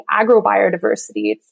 agrobiodiversity